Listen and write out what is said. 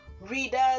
readers